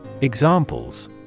Examples